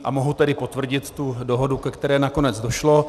A mohu tedy potvrdit tu dohodu, ke které nakonec došlo.